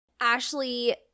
Ashley